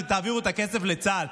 ותעבירו את הכסף לצה"ל.